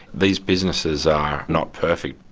these businesses are not perfect.